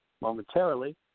momentarily